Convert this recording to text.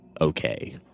okay